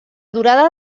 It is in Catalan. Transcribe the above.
durada